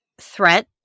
threat